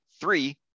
three